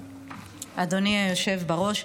אדוני היושב בראש.